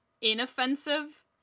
inoffensive